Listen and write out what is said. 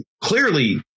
Clearly